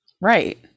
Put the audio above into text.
Right